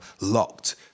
locked